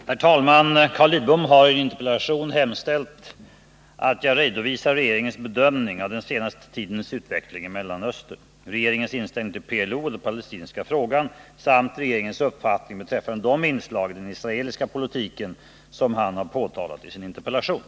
19, dels Bo Siegbahns den 8 november anmälda interpellation, 1979/80:53, och anförde: Herr talman! Carl Lidbom har i en interpellation hemställt att jag redovisar regeringens bedömning av den senaste tidens utveckling i Mellanöstern, regeringens inställning till PLO och den palestinska frågan samt regeringens uppfattning beträffande de inslag i den israeliska politiken som han har påtalat i interpellationen.